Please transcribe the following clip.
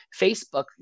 Facebook